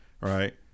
right